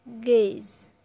gaze